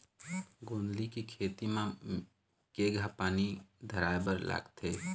गोंदली के खेती म केघा पानी धराए बर लागथे?